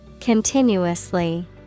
Continuously